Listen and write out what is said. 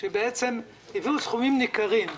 בעצם הביאו סכומים ניכרים.